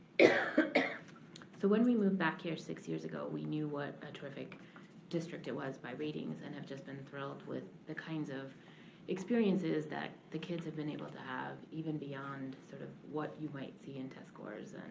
so when we moved back here six years ago we knew what a terrific district it was by readings and have just been thrilled with the kinds of experiences that the kids have been able to have, even beyond sort of what you might see in test scores